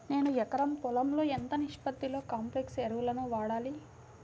నేను ఎకరం పొలంలో ఎంత నిష్పత్తిలో కాంప్లెక్స్ ఎరువులను వాడాలి?